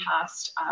past